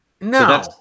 No